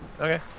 Okay